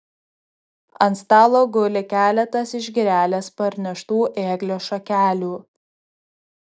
ant stalo guli keletas iš girelės parneštų ėglio šakelių